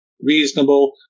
reasonable